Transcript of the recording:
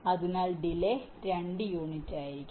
അതിനാൽ ഡിലെ 2 യൂണിറ്റായിരിക്കും